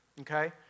okay